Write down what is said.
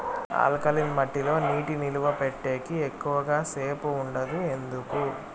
alkaline మట్టి లో నీటి నిలువ పెట్టేకి ఎక్కువగా సేపు ఉండదు ఎందుకు